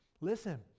listen